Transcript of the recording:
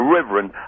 Reverend